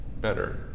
better